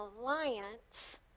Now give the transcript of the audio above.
alliance